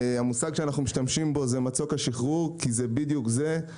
המושג שאנחנו משתמשים בו הוא 'מצוק השחרור' כי זה בדיוק זה.